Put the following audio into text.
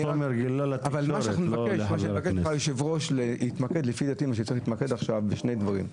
אבל אני מבקש ממך, היושב-ראש, להתמקד בשני דברים.